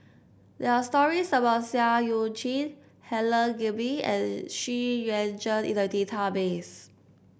there are stories about Seah Eu Chin Helen Gilbey and Xu Yuan Zhen in the database